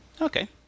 Okay